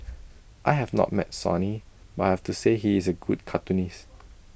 I have not met Sonny but I have to say he is A good cartoonist